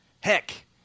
Heck